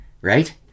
right